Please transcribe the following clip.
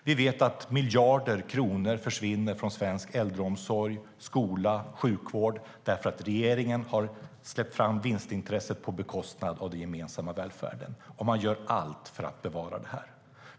Vi vet att miljarder kronor försvinner från svensk äldreomsorg, skola och sjukvård därför att regeringen har släppt fram vinstintresset på bekostnad av den gemensamma välfärden, och man gör allt för att bevara det.